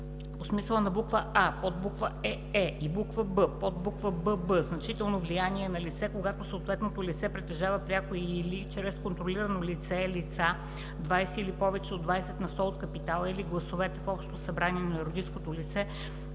По смисъла на буква „а“, подбуква „ее“ и буква „б“, подбуква „бб“ „значително влияние“ е налице, когато съответното лице притежава пряко и/или чрез контролирано лице/лица 20 или повече от 20 на сто от капитала или от гласовете в общото събрание на юридическото лице,